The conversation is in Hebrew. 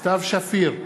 סתיו שפיר,